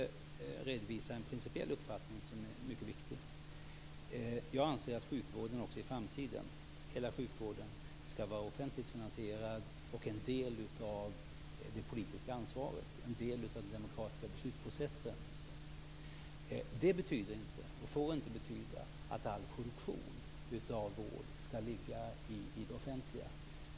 Fru talman! Låt mig först redovisa en principiell uppfattning som är mycket viktig. Jag anser att hela sjukvården också i framtiden skall vara offentligt finansierad, skall ligga under det politiska ansvaret och skall lyda under den demokratiska beslutsprocessen. Det betyder inte och får inte betyda att all produktion av vård skall ligga inom det offentliga området.